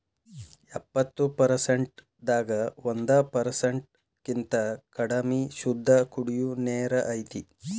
ಎಪ್ಪತ್ತು ಪರಸೆಂಟ್ ದಾಗ ಒಂದ ಪರಸೆಂಟ್ ಕಿಂತ ಕಡಮಿ ಶುದ್ದ ಕುಡಿಯು ನೇರ ಐತಿ